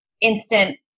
instant